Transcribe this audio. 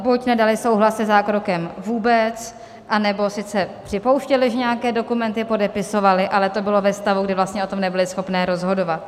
Buď nedaly souhlas se zákrokem vůbec, anebo sice připouštěly, že nějaké dokumenty podepisovaly, ale to bylo ve stavu, kdy vlastně o tom nebyly schopné rozhodovat.